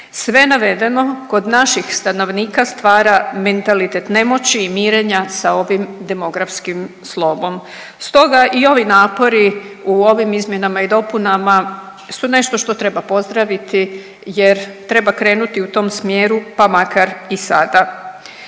Sve navedeno kod naših stanovnika stvara mentalitet nemoći i mirenja sa ovim demografskim slomom, stoga i ovi napori u ovim izmjenama i dopunama su nešto što treba pozdraviti jer treba krenuti u tom smjeru, pa makar i sada,